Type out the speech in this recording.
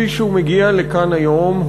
כפי שהוא מגיע לכאן היום,